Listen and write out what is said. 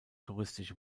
touristische